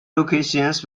locations